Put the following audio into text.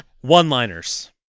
One-liners